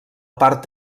part